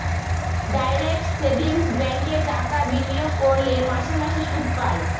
direct savings ব্যাঙ্কে টাকা বিনিয়োগ করলে মাসে মাসে সুদ পায়